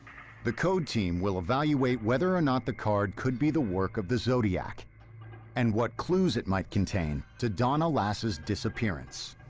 the code team will evaluate whether or not the card could be the work of the zodiac and what clues it might contain to donna lass' disappearance.